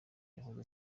yahoze